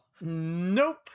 Nope